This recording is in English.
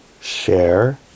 share